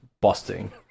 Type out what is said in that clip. busting